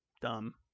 Dumb